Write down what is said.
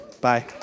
Bye